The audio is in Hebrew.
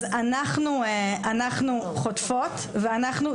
אז אנחנו חוטפות ואנחנו,